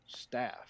staff